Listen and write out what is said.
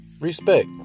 Respect